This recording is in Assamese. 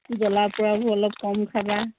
জলা পোৰাবোৰ অলপ কম খাবা